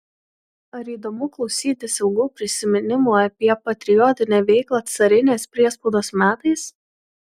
ar įdomu klausytis ilgų prisiminimų apie patriotinę veiklą carinės priespaudos metais